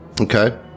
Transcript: Okay